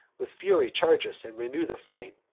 with fury charge us, and renew the fight.